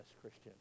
Christian